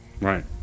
Right